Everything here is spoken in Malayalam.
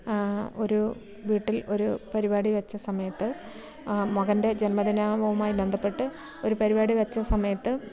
ഒരു വീട്ടിൽ ഒരു പരിപാടി വെച്ച സമയത്ത് മകൻ്റെ ജന്മദിനവുമായി ബന്ധപ്പെട്ട് ഒരു പരിപാടി വെച്ച സമയത്ത്